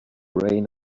reign